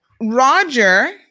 Roger